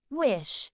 wish